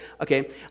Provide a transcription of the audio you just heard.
okay